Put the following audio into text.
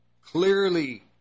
clearly